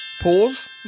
Pause